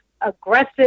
aggressive